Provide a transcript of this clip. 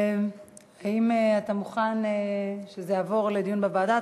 האם אתה מוכן שזה יעבור לדיון בוועדה?